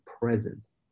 presence